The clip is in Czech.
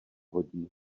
hodí